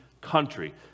country